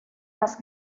las